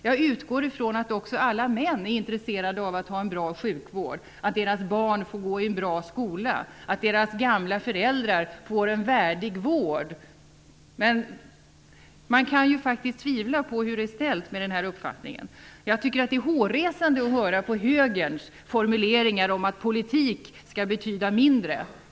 Jag utgår från att också alla män är intresserade av att ha en bra sjukvård, av att deras barn får gå i en bra skola och av att deras gamla föräldrar får en värdig vård, men man kan ju faktiskt tvivla på hur det är ställt med det intresset. Jag tycker att det är hårresande att höra högerns formuleringar om att politik skall betyda mindre.